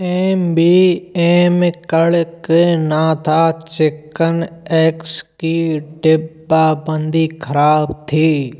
M B A कड़कनाथा chicken eggs की डिब्बाबंदी ख़राब थी